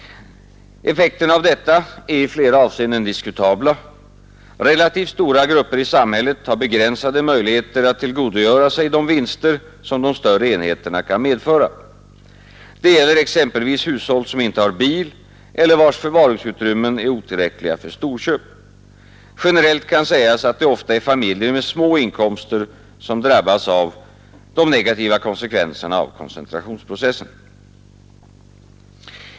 Effekterna är i flera avseenden diskutabla. Relativt stora grupper i samhället har begränsade möjligheter att tillgodogöra sig de vinster som de större enheterna kan medföra. Det gäller exempelvis hushåll som inte har bil eller vilkas förvaringsutrymmen är otillräckliga för storköp. Generellt kan sägas att det ofta är familjer med små inkomster som drabbas av koncentrationsprocessens negativa konsekvenser.